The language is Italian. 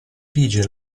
vige